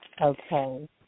Okay